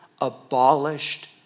abolished